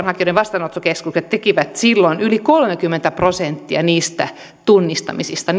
hakijoiden vastaanottokeskukset tekivät yli kolmekymmentä prosenttia tunnistamisista